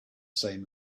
same